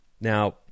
Now